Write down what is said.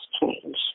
change